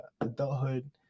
adulthood